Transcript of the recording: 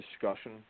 discussion